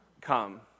Come